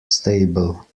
stable